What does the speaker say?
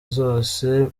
zose